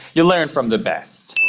you learn from the best.